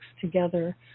together